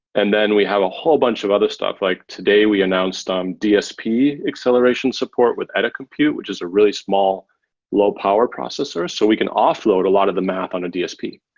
and then we have a whole bunch of other stuff, like today we announced ah um dsp acceleration support without eda computer, which is a really small low-power processor. so we can offload a lot of the map on a dsp.